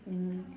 mm